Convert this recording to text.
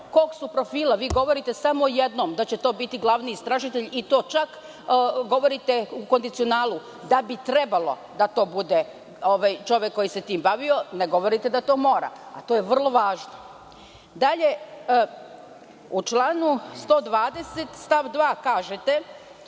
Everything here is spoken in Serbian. Kog su profila, vi govorite samo o jednom, da će to biti glavni istražitelj, i to čak, govorite u kondicionalu - da bi trebalo da to bude čovek koji se tim bavio, ne govorite da to mora, a to je vrlo važno. Dalje, u članu 120. stav 2. kažete